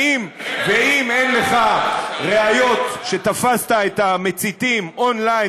ואם אין לך ראיות שתפסת את המציתים און-ליין,